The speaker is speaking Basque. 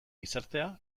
gizartea